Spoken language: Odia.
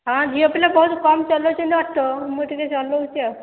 ହଁ ଝିଅ ପିଲା ବହୁତ କମ ଚଲାଉଛନ୍ତି ଅଟୋ ମୁଁ ଟିକେ ଚଲାଉଛି ଆଉ